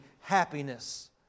happiness